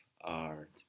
art